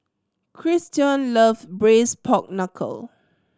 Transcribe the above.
Christion love Braised Pork Knuckle